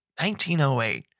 1908